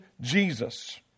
Jesus